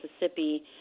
Mississippi